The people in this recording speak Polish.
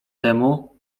temu